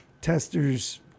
testers